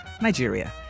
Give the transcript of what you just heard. Nigeria